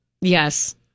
Yes